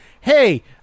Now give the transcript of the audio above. hey